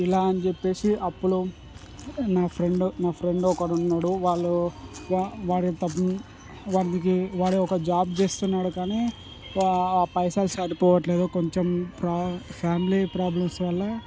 ఇలా అని చెప్పేసి అప్పులు నా ఫ్రెండ్ నా ఫ్రెండ్ ఒక్కడున్నాడు వాళ్ళు వా వాడి త వాడికి వాడు ఒక జాబ్ చేస్తున్నాడు కానీ వా పైసలు సరిపోవట్లేదు కొంచెం ప్రా ఫ్యామిలీ ప్రాబ్లమ్స్ వల్ల